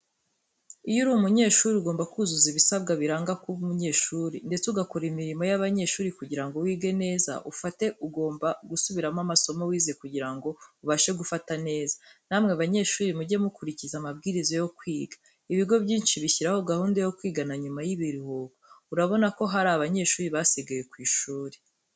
Iyo uri umunyeshuri ugomba kuzuza ibisabwa biranga kuba umunyeshuri ndetse ugakora imirimo y'abanyeshuri kugira ngo wige neza ufate ugomba gusubiramo amasomo wize kugira ngo ubashe gufata neza, namwe banyeshuri mujye mukurikiza amabwiriza yo kwiga. Ibigo byinshi bishyiraho gahunda yo kwiga nanyuma y'ibiruhuko urabona ko hari abanyeshuri basigaye ku ishuri.